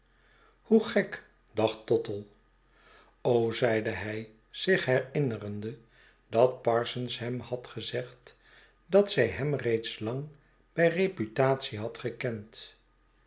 hoe gek dacht tottle zeide hij zich herinnerende dat parsons hem had gezegd dat zij hem reeds lang bij reputatie had gekend